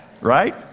right